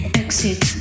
exit